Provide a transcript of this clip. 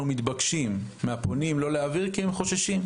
מתבקשים מהפונים לא להעביר כי הם חוששים.